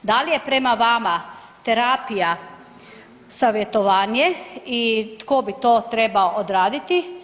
Da li je prema vama terapija savjetovanje i tko bi to trebao odraditi?